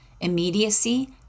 immediacy